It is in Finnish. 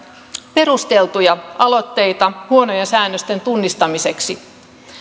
perusteltuja aloitteita huonojen säännösten tunnistamiseksi